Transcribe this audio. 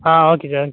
ah okay sir